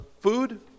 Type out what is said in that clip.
food